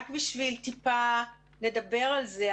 רק בשביל לדבר על זה,